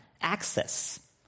Access